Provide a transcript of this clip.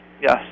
Yes